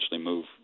move